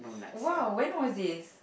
!wow! when was this